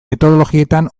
metodologietan